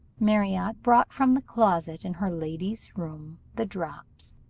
marriott brought from the closet in her lady's room the drops,